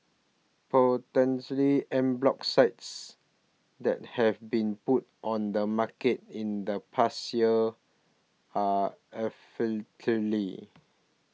potentially en bloc sites that have been put on the market in the past year are